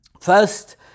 First